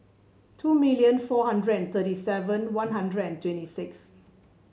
two million four hundred and thirty seven One Hundred and twenty six